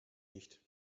nicht